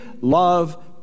love